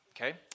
okay